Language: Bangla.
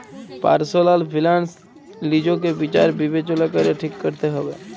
পার্সলাল ফিলান্স লিজকে বিচার বিবচলা ক্যরে ঠিক ক্যরতে হুব্যে